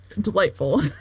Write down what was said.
delightful